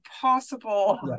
possible